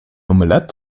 omelet